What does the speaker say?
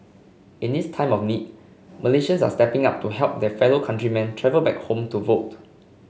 in this time of need Malaysians are stepping up to help their fellow countrymen travel back home to vote